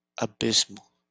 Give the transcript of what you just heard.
abysmal